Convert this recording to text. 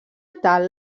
tal